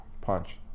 Punch